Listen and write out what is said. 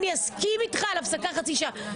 אני אסכים איתך עכשיו על חצי שעה הפסקה,